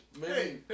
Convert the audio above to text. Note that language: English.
hey